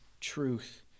truth